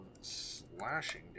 slashing